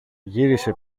γύρισε